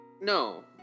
No